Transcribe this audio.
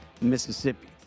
Mississippi